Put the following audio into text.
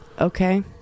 Okay